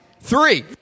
three